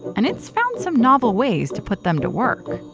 and it's found some novel ways to put them to work.